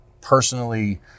personally